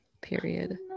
period